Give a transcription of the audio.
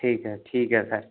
ठीक ऐ ठीक ऐ फिर